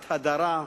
את הדרה,